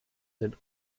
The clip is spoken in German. sind